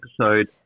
episode